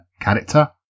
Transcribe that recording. character